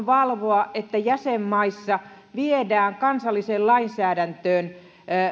valvoa että jäsenmaissa viedään kansalliseen lainsäädäntöön